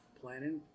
planning